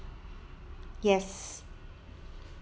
yes